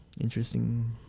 Interesting